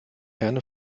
herne